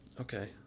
Okay